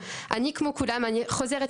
והם כרגע לא מתורגמים לאף